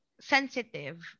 sensitive